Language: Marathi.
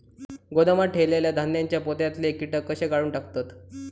गोदामात ठेयलेल्या धान्यांच्या पोत्यातले कीटक कशे काढून टाकतत?